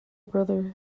brother